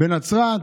בנצרת,